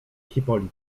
hipolit